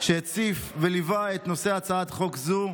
שהציף וליווה את הצעת החוק הזאת.